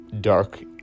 dark